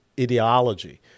ideology—